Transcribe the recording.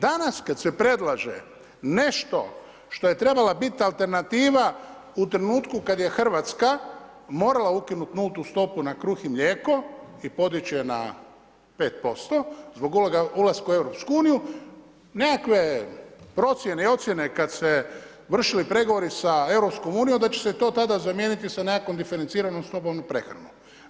Danas kad se predlaže nešto što je trebala biti alternativa u trenutku kad je Hrvatska morala ukinuti nultu stopu na kruh i mlijeko i podići je na 5%, zbog uloge ulaska u EU, nekakve procjene i ocjene kad su se vršili pregovori sa EU-om da će se to tada zamijeniti sa nekakvom diferenciranom stopom i prehranom.